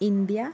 India